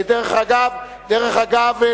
דרך אגב,